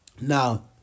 Now